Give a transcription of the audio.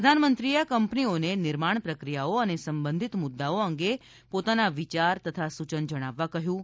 પ્રધાનમંત્રીએ આ કંપનીઓને નિર્માણ પ્રક્રિયાઓ અને સંબંધિત મુદ્દાઓ અંગે પોતાના વિયાર તથા સૂચન જણાવવા કહ્યું હતું